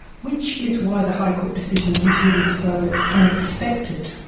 which is why the high court decision is really so unexpected.